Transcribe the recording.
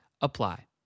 apply